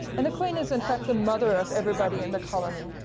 and the queen is in fact the mother of everybody in the colony.